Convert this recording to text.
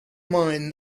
mind